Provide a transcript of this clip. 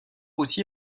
aussi